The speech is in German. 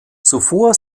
zuvor